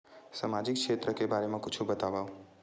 सामाजिक क्षेत्र के बारे मा कुछु बतावव?